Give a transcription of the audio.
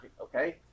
Okay